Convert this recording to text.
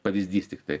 pavyzdys tiktai